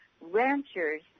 ranchers